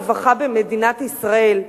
הרווחה במדינת ישראל.